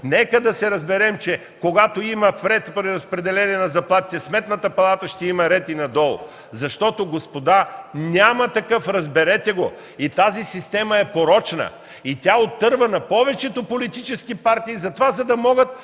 Нека да се разберем, че когато има ред при разпределение на заплатите в Сметната палата, ще има ред и надолу. Защото, господа, няма такъв, разберете го. Тази система е порочна и тя отърва на повечето политически партии, за да могат